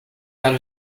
out